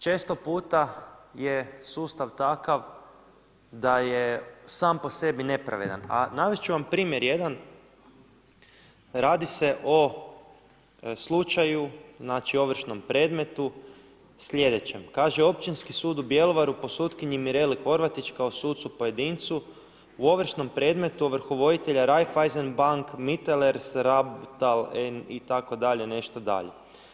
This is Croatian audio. Često puta je sudstva takav, da je sam po sebi nepravedan, a navesti ću vam primjer jedan, radi se o slučaju znači ovršnom predmetu, sljedećem, kaže Općinski sud u Bjelovaru, po sutkinji Mireli Horvatić, kao sucu pojedincu, u ovršnom predmetu, ovrhovoditelja Raiffeisen bank, … itd. nešto dalje.